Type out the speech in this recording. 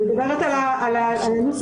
אני מדברת על הנוסח.